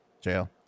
jail